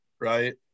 right